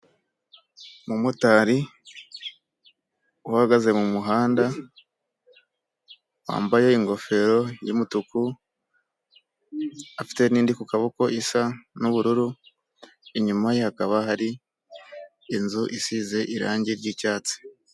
Umumotari uhagaze mu muhanda wambaye ingofero y'umutuku, afite n'indi ku kaboko isa n'ubururu, inyuma ye hakaba hari inzu isize irange ry'icyatsi.